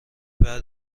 بعد